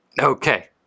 Okay